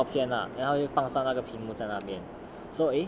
err 这照片 lah 然后放上那个屏幕在那边